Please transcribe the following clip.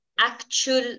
actual